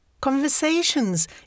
Conversations